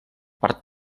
part